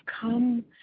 come